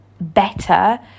better